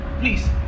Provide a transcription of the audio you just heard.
please